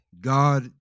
God